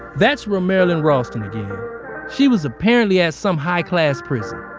that's romarilyn ralson again. she was apparently at some high-class prison.